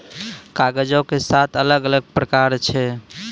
कागजो के सात अलग अलग प्रकार छै